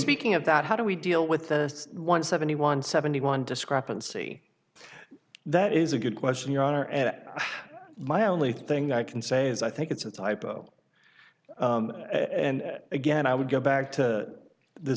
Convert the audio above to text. speaking of that how do we deal with the one seventy one seventy one discrepancy that is a good question your honor at my only thing i can say is i think it's a typo and again i would go back to the